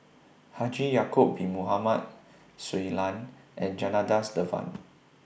Haji Ya'Acob Bin Mohamed Shui Lan and Janadas Devan